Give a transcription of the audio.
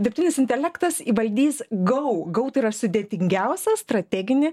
dirbtinis intelektas įvaldys gau gau tai yra sudėtingiausią strateginį